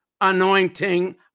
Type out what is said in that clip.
anointing